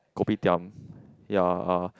kopitiam ya uh